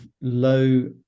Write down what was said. low